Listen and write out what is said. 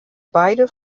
beide